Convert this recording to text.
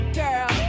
girl